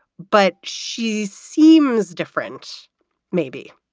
but she seems different maybe